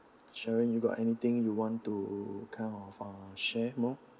sharon you got anything you want to kind of uh share more